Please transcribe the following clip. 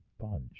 bunch